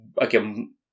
Again